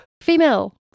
female